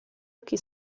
occhi